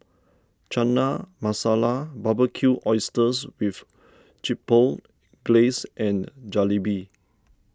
Chana Masala Barbecued Oysters with Chipotle Glaze and Jalebi